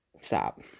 Stop